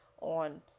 on